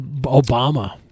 Obama